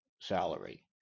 salary